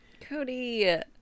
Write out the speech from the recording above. Cody